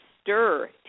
Stir